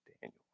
Daniel